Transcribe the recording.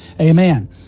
Amen